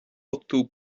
ochtó